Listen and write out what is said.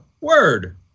word